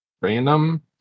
random